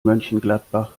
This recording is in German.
mönchengladbach